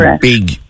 big